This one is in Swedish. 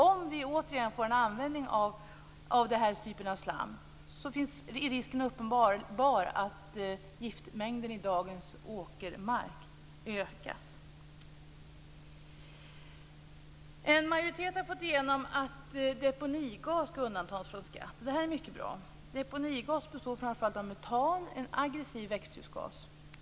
Om vi återigen får en användning av denna typ av slam är risken uppenbar att giftmängden i dagens åkermark ökas. En majoritet har fått igenom att deponigas skall undantas från skatt. Det är mycket bra. Deponigas består framför allt av metan, en aggressiv växthusgas.